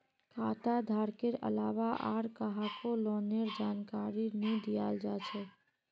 खाता धारकेर अलावा आर काहको लोनेर जानकारी नी दियाल जा छे